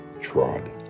trod